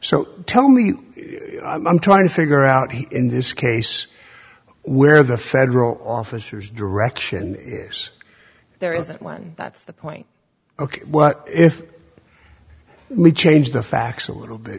so tell me i'm trying to figure out here in this case where the federal officers direction there isn't one that's the point ok what if i may change the facts a little bit